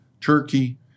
Turkey